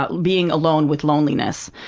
but being alone, with loneliness.